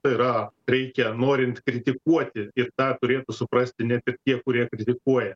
tai yra reikia norint kritikuoti ir tą turėtų suprasti ne tik tie kurie kritikuoja